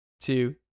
two